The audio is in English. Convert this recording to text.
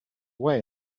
way